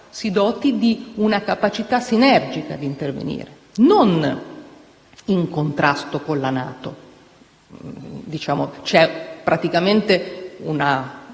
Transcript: si doti di una capacità sinergica di intervenire, non in contrasto con la NATO. Del resto c'è praticamente una